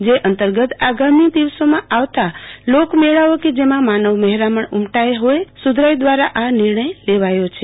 જે અંતર્ગત આગામી દિવસોમાં આવતા લોકમેળાઓ કે જેમાં માનવ મહેરામણ ઉમટો હોવાથી સુધારાઈ દવારા આ નિર્ણય લેવાયો છે